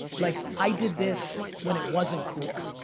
like i did this when it wasn't cool.